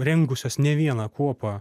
rengusios ne vieną kuopą